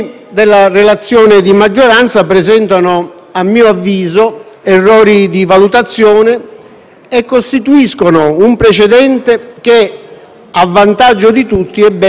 e costituiscono un precedente che, a vantaggio di tutti, è bene che non si crei. Il delitto contestato è il sequestro di persona aggravato,